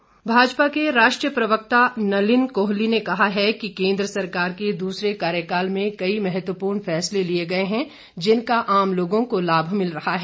कोहली भाजपा के राष्ट्रीय प्रवक्ता नलीन कोहली ने कहा है कि केंद्र सरकार के दूसरे कार्यकाल में कई महत्वपूर्ण फैसले लिए गए हैं जिनका आम लोगों को लाभ मिल रहा है